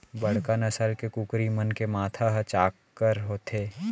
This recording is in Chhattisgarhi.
बड़का नसल के कुकरी मन के माथा ह चाक्कर होथे